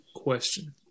Question